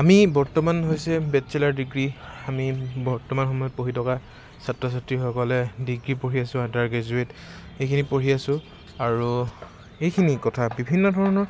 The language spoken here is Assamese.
আমি বৰ্তমান হৈছে বেটচেলাৰ ডিগ্ৰী আমি বৰ্তমান সময়ত পঢ়ি থকা ছাত্ৰ ছাত্ৰীসকলে ডিগ্ৰী পঢ়ি আছো আণ্ডাৰ গ্ৰেজুৱেট এইখিনি পঢ়ি আছো আৰু এইখিনি কথা বিভিন্ন ধৰণৰ